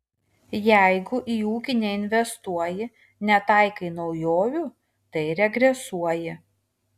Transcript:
jeigu į ūkį neinvestuoji netaikai naujovių tai regresuoji